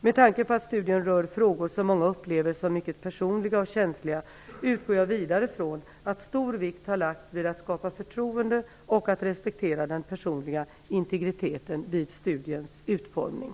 Med tanke på att studien rör frågor som många upplever som mycket personliga och känsliga utgår jag vidare från att stor vikt har lagts vid att skapa förtroende och att respektera den personliga integriteten vid studiens utformning.